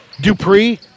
Dupree